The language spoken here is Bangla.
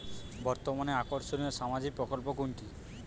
বর্তমানে আকর্ষনিয় সামাজিক প্রকল্প কোনটি?